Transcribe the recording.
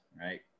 right